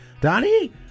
donnie